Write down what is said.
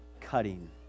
cutting